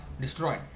destroyed